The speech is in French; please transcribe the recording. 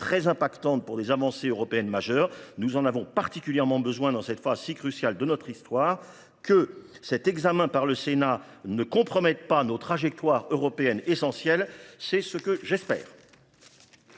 un impact fort sur des avancées européennes majeures. Nous en avons particulièrement besoin dans cette phase si cruciale de notre histoire. Que cet examen par le Sénat ne compromette pas nos trajectoires européennes essentielles, tel est le vœu que je forme.